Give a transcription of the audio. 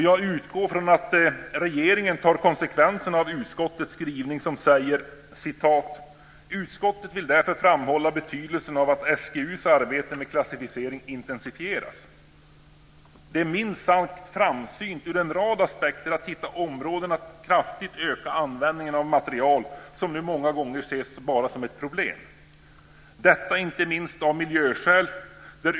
Jag utgår från att regeringen tar konsekvenserna av utskottets skrivning som säger: "Utskottet vill därför framhålla betydelsen av att SGU:s arbete med klassificeringen intensifieras." Det är minst sagt framsynt ur en rad aspekter att hitta områden där man kraftigt kan öka användningen av material som nu många gånger ses bara som ett problem - detta inte minst av miljöskäl.